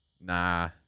nah